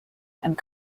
and